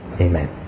Amen